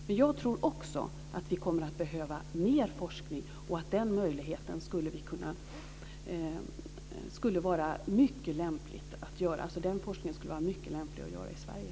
Men jag tror också att vi kommer att behöva mer forskning och att den forskningen skulle vara mycket lämplig att göra i Sverige.